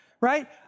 right